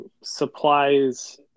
Supplies